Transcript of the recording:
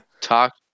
talk